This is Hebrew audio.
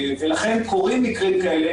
לכן קורים מקרים כאלה,